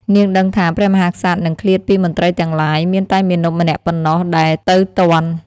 នាងដឹងថាព្រះមហាក្សត្រនឹងឃ្លាតពីមន្ត្រីទាំងឡាយ មានតែមាណពម្នាក់ប៉ុណ្ណោះដែលទៅទាន់។